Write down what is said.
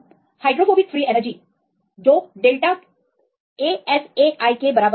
तो हम G hydrophobic free energy लिख सकते हैं जो कि डेल्टा ASAi के समानुपाती है